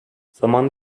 zaman